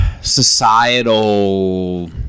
societal